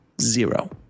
zero